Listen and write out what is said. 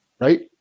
right